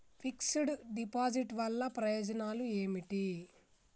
Fix డ్ deposit వల్ల ప్రయోజనాలు ఏమిటి?